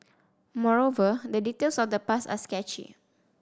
moreover the details of the past are sketchy